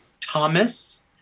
thomas